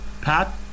Pat